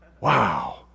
Wow